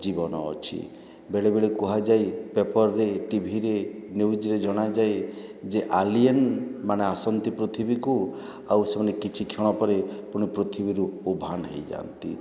ଜୀବନ ଅଛି ବେଳେ ବେଳେ କୁହାଯାଏ ପେପରରେ ଟିଭିରେ ନ୍ୟୁଜ୍ରେ ଜଣାଯାଏ ଯେ ଏଲିୟନ୍ମାନେ ଆସନ୍ତି ପୃଥିବୀକୁ ଆଉ ସେମାନେ କିଛି କ୍ଷଣ ପରେ ପୁଣି ପୃଥିବୀରୁ ଉଭାନ୍ ହୋଇଯାଆନ୍ତି